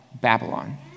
Babylon